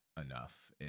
enough